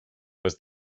was